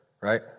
right